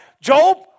Job